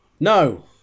No